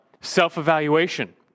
self-evaluation